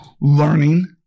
learning